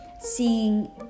seeing